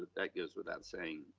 that goes without saying